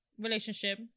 relationship